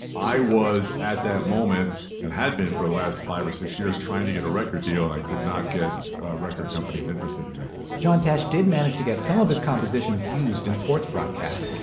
i was at that moment and had been for the last five or six years trying to get a record deal. and i could not get record companies interested in me john tesh did manage to get some of his compositions used in sports broadcasts